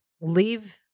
leave